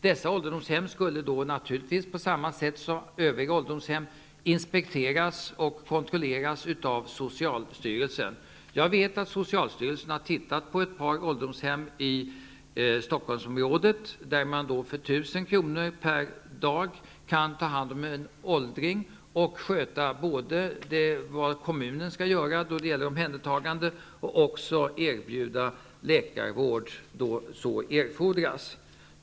Dessa skulle naturligtvis på samma sätt som övriga ålderdomshem inspekteras och kontrolleras av socialstyrelsen. Jag vet att socialstyrelsen har tittat på ett par ålderdomshem i Stockholmsområdet, där man för 1 000 kr. per dag kan ta hand om en åldring och sköta både kommunens uppgift med omhändertagandet och erbjuda läkarvård då så erfordras.